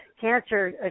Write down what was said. cancer